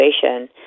situation